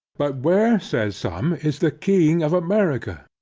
but where says some is the king of america?